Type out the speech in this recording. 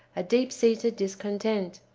a deep-seated discontent,